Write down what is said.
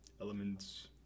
elements